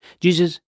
Jesus